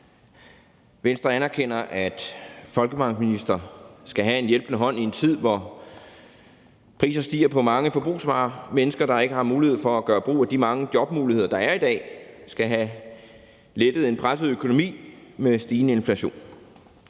Venstre anerkender, at folkepensionister skal have en hjælpende hånd i en tid, hvor prisen stiger på mange forbrugsvarer, og at mennesker, der ikke har mulighed for at gøre brug af de mange jobmuligheder, der er i dag, skal have lettet en presset økonomi i forbindelse med stigende inflation.